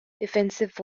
defensive